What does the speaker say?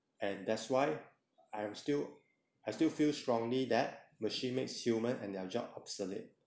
and that's why I am still I still feel strongly that machine makes humans and their jobs obsolete